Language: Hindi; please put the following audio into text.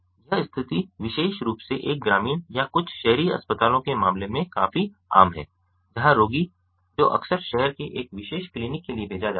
यह स्थिति विशेष रूप से एक ग्रामीण या कुछ शहरी अस्पतालों के मामले में काफी आम है जहां रोगी जो अक्सर शहर के एक विशेष क्लीनिक के लिए भेजा जाता है